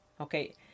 okay